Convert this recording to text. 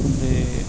ਦੇ